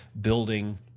building